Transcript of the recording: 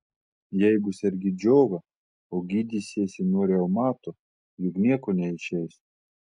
jeigu sergi džiova o gydysiesi nuo reumato juk nieko neišeis